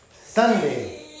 Sunday